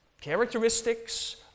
characteristics